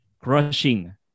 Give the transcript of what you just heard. crushing